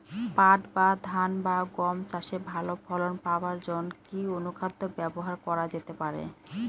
পাট বা ধান বা গম চাষে ভালো ফলন পাবার জন কি অনুখাদ্য ব্যবহার করা যেতে পারে?